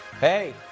Hey